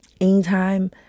anytime